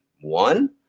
one